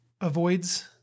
avoids